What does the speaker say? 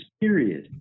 period